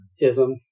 Ism